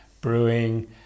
brewing